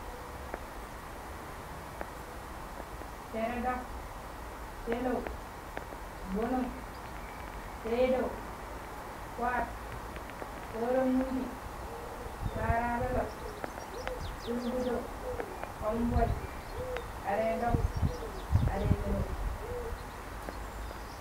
Terai dok, peleu, gbonong, peedeu, fwet, peranwundi, parapeleu, pidipideu, komvai, arai dok, arai peleu.